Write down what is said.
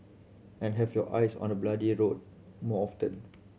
and have your eyes on the bloody road more often